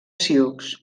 sioux